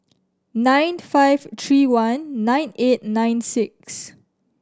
nine five three one nine eight nine six